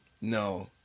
No